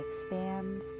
expand